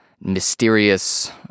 mysterious